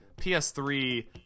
ps3